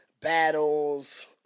battles